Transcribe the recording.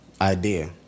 idea